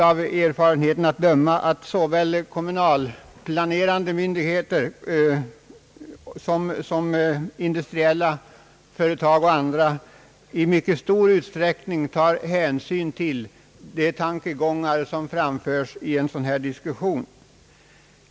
Av erfarenheten att döma tar såväl kommunalplanerande myndigheter som industriella företag m.fl. i mycket stor utsträckning hänsyn till de tankar som framförs i en sådan här planering.